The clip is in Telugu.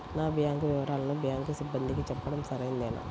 నా బ్యాంకు వివరాలను బ్యాంకు సిబ్బందికి చెప్పడం సరైందేనా?